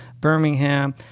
Birmingham